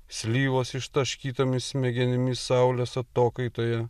slyvos ištaškytomis smegenimis saulės atokaitoje